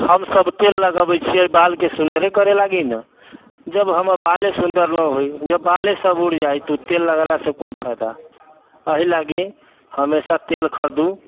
हमसब तेल लगबै छिए बालके सुन्दरे करै लागी ने जब हमर बाले सुन्दर नहि होइ जब बालेसब उड़ि जाइ तऽ तेल लगेलासँ कोन फाइदा एहि लागी हमेशा तेल खरिदू